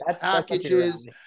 packages